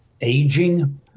aging